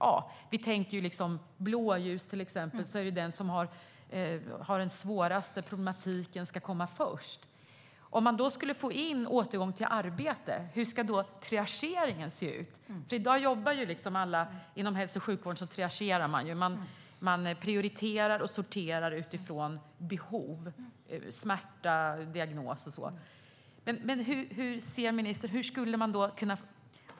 Om vi tänker på blåljus, till exempel, ska den som har den svåraste problematiken komma först. Om man skulle få in detta med återgång till arbete - hur ska då triageringen se ut? I dag jobbar alla med triagering inom hälso och sjukvården. Man prioriterar och sorterar utifrån behov, smärta, diagnos och så vidare. Hur ser ministern på detta?